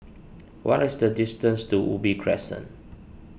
what is the distance to Ubi Crescent